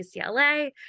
UCLA